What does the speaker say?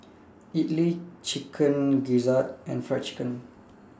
Idly Chicken Gizzard and Fried Chicken